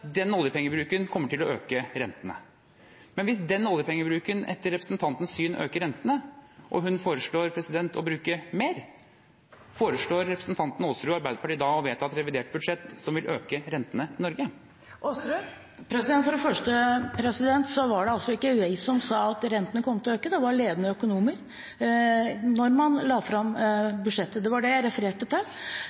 den oljepengebruken kommer til å øke rentene. Men hvis den oljepengebruken etter representantens syn øker rentene og hun foreslår å bruke mer, foreslår representanten Aasrud og Arbeiderpartiet da å vedta et revidert budsjett som vil øke rentene i Norge? For det første var det ikke jeg som sa at rentene kom til å øke. Det var ledende økonomer da man la fram budsjettet. Det var det jeg refererte til,